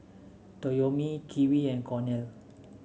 Toyomi Kiwi and Cornell